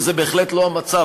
וזה בהחלט לא המצב.